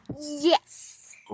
Yes